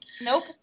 Nope